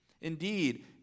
Indeed